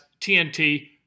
TNT